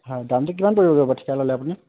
হয় দামটো কিমান পৰিবগৈ বাৰু ঠিকা ল'লে আপুনি